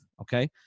okay